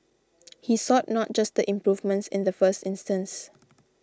he sought not just the improvements in the first instance